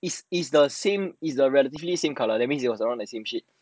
is is the same is the relatively same colour that means it was around that same shade